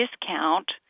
discount